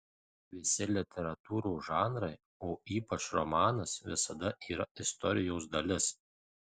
visi literatūros žanrai o ypač romanas visada yra istorijos dalis